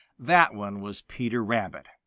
that one was peter rabbit.